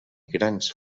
grans